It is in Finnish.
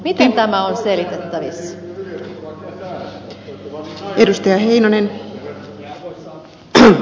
miten tämä on selitettävissä